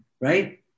right